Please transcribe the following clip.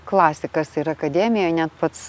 klasikas ir akademijoj net pats